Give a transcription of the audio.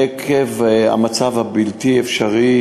עקב המצב הבלתי-אפשרי,